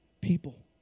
people